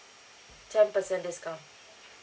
ten percent discount